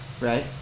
right